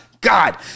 God